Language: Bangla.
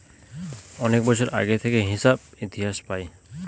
অনেক বছর আগে থেকে হিসাব ইতিহাস পায়